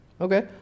Okay